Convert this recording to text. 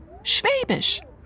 Schwäbisch